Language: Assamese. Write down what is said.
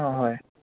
অঁ হয়